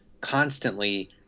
constantly